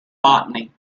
botany